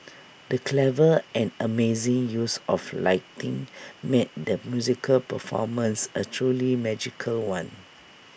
the clever and amazing use of lighting made the musical performance A truly magical one